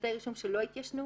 כפרטי רישום שלא התיישנו,